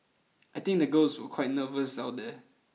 I think the girls were quite nervous out there